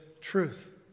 truth